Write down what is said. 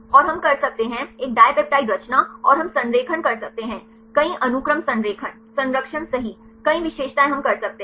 और हम कर सकते हैं एक dipeptide रचना और हम संरेखण कर सकते हैं कई अनुक्रम संरेखण संरक्षण सही कई विशेषताएं हम कर सकते हैं